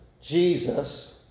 Jesus